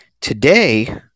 Today